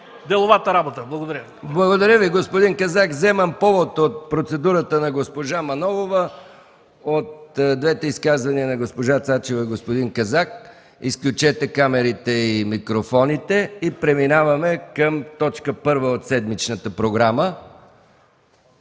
деловата работа. Благодаря. ПРЕДСЕДАТЕЛ МИХАИЛ МИКОВ: Благодаря, господин Казак. Вземам повод от процедурата на госпожа Манолова, от двете изказвания на госпожа Цачева и господин Казак. Изключете камерите и микрофоните. Преминаваме към точка първа от седмичната програма: